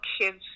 kids